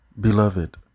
Beloved